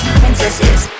princesses